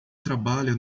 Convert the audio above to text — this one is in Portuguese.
trabalha